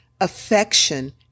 affection